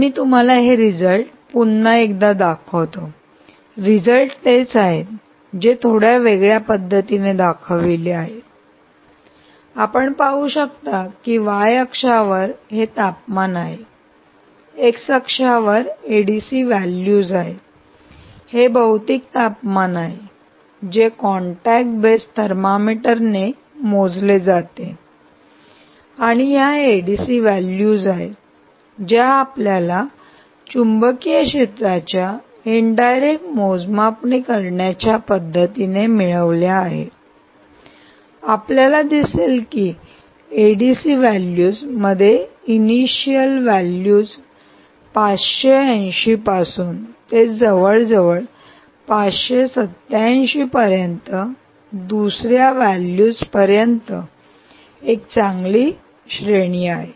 तर मी तुम्हाला हे रिझल्ट पुन्हा एकदा दाखवतो रिझल्ट तेच आहेत जे थोड्या वेगळ्या पद्धतीने दाखविले आहेत आपण पाहू शकता की y अक्षावर हे तापमान आहे आणि x अक्षावर एडीसी व्हॅल्यूज आहेत हे भौतिक तापमान आहे जे कॉन्टॅक्ट बेस थर्मामीटरने मोजले आहे आणि या एडीसी व्हॅल्यूज आहेत ज्या आपल्याला चुंबकीय क्षेत्राच्या इनडायरेक्ट मोजमापणी च्या पद्धतीने मिळवल्या आहेत आपल्याला दिसेल की एडीसी व्हॅल्यूज मध्ये इनिशियल व्हॅल्यूज 580 पासून ते जवळजवळ 587 पर्यंत दुसर्या व्हॅल्यूज पर्यंत एक चांगली श्रेणी आहे